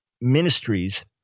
ministries